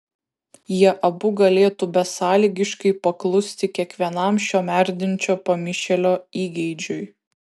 jie abu galėtų besąlygiškai paklusti kiekvienam šio merdinčio pamišėlio įgeidžiui